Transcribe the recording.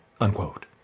unquote